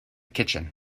kitchen